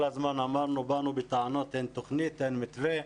כל הזמן באנו בטענות על כך שאין תוכנית ואין מתווה,